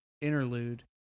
interlude